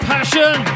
Passion